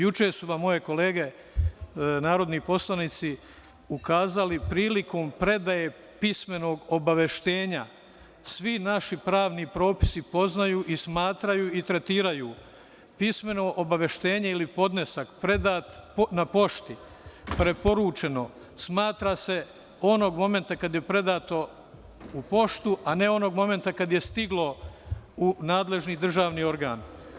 Juče su vam moje kolege narodni poslanici ukazali prilikom predaje pismenog obaveštenja, svi naši pravni propisi poznaju i smatraju i tretiraju pismeno obaveštenje ili podnesak predat na pošti, preporučeno se smatra onog momenta kada je predato u poštu, a ne onog momenta kada je stiglo u nadležni državni organ.